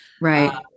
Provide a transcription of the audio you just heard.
Right